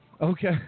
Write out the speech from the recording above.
Okay